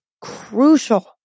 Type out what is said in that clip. crucial